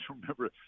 remember